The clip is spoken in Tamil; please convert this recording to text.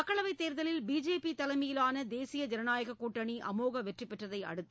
மக்களவை தேர்தலில் பிஜேபி தலைமையிலான தேசிய ஜனநாயக கூட்டணி அமோக வெற்றி பெற்றதையடுத்து